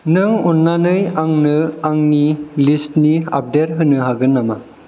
नों अन्नानै आंनो आंनि लिस्टनि आपदेट होनो हागोन नामा